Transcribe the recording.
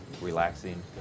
relaxing